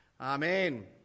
Amen